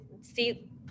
see